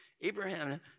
Abraham